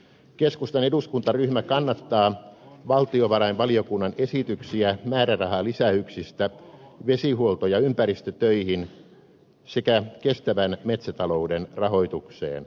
keskustan eduskuntaryhmä kannattaa valtiovarainvaliokunnan esityksiä määrärahalisäyksistä vesihuolto ja ympäristötöihin sekä kestävän metsätalouden rahoitukseen